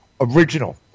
original